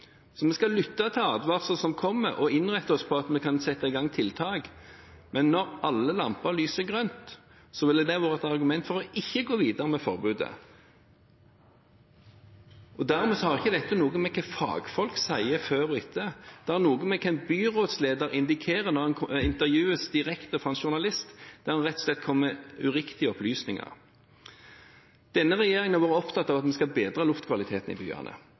Så vi skal lytte til advarsler som kommer, og innrette oss på at vi kan sette i gang tiltak, men når alle lamper lyser grønt, ville det ha vært et argument for ikke å gå videre med forbudet. Dermed har ikke dette noe med hva fagfolk sier før og etter, det har noe med hva en byrådsleder indikerer når han intervjues direkte av en journalist, der han rett og slett kom med uriktige opplysninger. Denne regjeringen har vært opptatt av at vi skal bedre luftkvaliteten i byene.